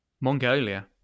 mongolia